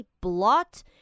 Blot